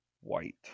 white